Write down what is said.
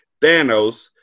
Thanos